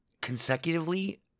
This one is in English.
consecutively